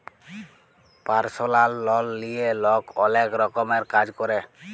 পারসলাল লল লিঁয়ে লক অলেক রকমের কাজ ক্যরে